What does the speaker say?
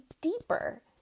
deeper